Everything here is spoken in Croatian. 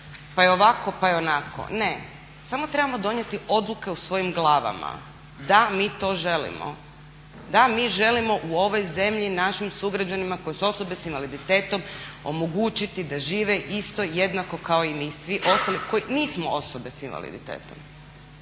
pa je ovako, pa je onako. Ne, samo trebamo donijeti odluke u svojim glavama da mi to želimo, da mi želimo u ovoj zemlji našim sugrađanima koji su osobe s invaliditetom omogućiti da žive isto jednako kao i svi mi ostali koji nismo osobe s invaliditetom.